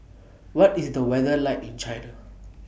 What IS The weather like in China